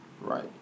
Right